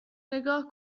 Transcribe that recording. نگاه